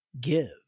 give